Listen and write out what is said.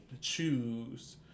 choose